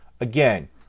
again